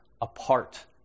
apart